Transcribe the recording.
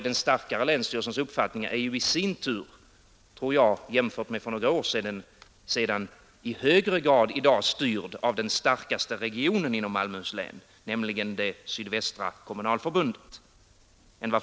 Den starkare länsstyrelsens uppfattningar är ju i dag — jämfört med för några år sedan — i sin tur i högre grad styrda av den starkaste regionen inom Malmöhus län, nämligen det sydvästra kommunalförbundet.